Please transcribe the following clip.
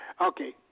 Okay